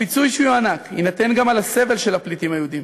הפיצוי שיוענק יינתן גם על הסבל של הפליטים היהודים